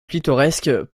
pittoresque